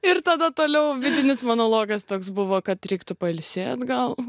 ir tada toliau vidinis monologas toks buvo kad reiktų pailsėt gal